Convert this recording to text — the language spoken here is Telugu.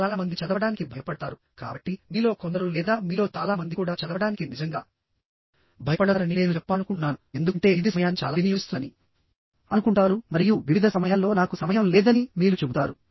చాలా మంది చదవడానికి భయపడతారుకాబట్టి మీలో కొందరు లేదా మీలో చాలా మంది కూడా చదవడానికి నిజంగా భయపడతారని నేను మీకు చెప్పాలనుకుంటున్నానుఎందుకంటే ఇది మీ సమయాన్ని చాలా వినియోగిస్తుందని మీరు అనుకుంటారు మరియు వివిధ సమయాల్లో నాకు సమయం లేదని మీరు చెబుతారు